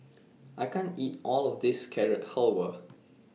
I can't eat All of This Carrot Halwa